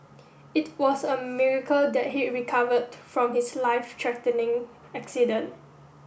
it was a miracle that he recovered from his life threatening accident